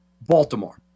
Baltimore